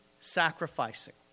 sacrificing